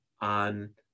on